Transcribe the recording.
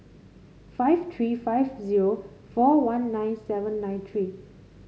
five three five zero four one nine seven nine three